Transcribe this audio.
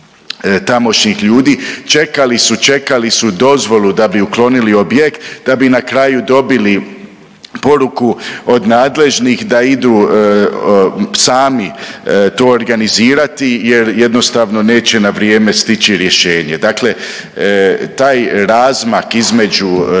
tamošnjih ljudi. Čekali su, čekali su dozvolu da bi uklonili objekt, da bi na kraju dobili poruku od nadležnih da idu sami to organizirati, jer jednostavno neće na vrijeme stići rješenje. Dakle, taj razmak između